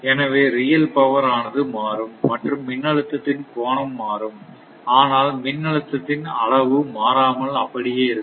எனவே real power ஆனது மாறும் மற்றும் மின்னழுத்தத்தின் கோணம் மாறும் ஆனால் மின் அழுத்தத்தின் அளவு மாறாமல் அப்படியே இருக்கும்